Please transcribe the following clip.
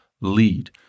lead